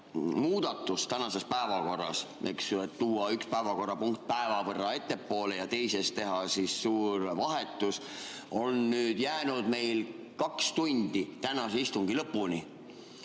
muudatust tänases päevakorras, eks ju, et tuuakse üks päevakorrapunkt päeva võrra ettepoole ja teises tehakse suur vahetus. Nüüd on jäänud meil kaks tundi tänase istungi lõpuni.